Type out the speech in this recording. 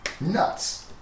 Nuts